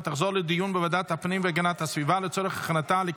לוועדת הפנים והגנת הסביבה נתקבלה.